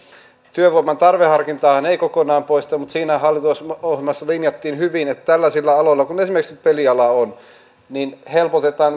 työvoiman tarveharkintaahan ei kokonaan poisteta mutta siinä hallitusohjelmassa linjattiin hyvin että tällaisilla aloilla kuin esimerkiksi peliala helpotetaan